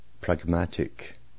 pragmatic